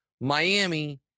Miami